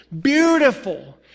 beautiful